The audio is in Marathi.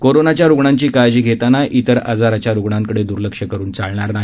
कोरोनाच्या रुग्णांची काळजी घेताना इतर आजाराच्या रुग्णांकडे द्र्लक्ष करुन चालणार नाही